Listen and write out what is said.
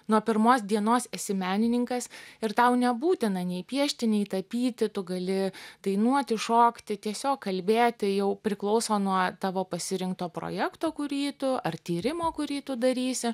nuo pirmos dienos esi menininkas ir tau nebūtina nei piešti nei tapyti tu gali dainuoti šokti tiesiog kalbėti jau priklauso nuo tavo pasirinkto projekto kurį tu ar tyrimo kurį tu darysi